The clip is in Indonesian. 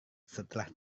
setelah